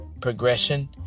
progression